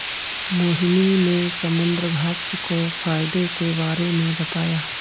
मोहिनी ने समुद्रघास्य के फ़ायदे के बारे में बताया